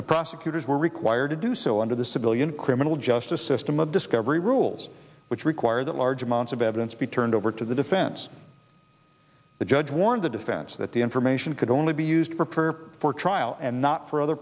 the prosecutors were required to do so under the civilian criminal justice system of discovery rules which require that large amounts of evidence be turned over to the defense the judge warned the defense that the information could only be used for perp for trial and not for other